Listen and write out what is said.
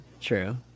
true